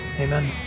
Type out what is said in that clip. Amen